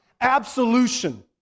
Absolution